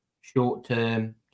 short-term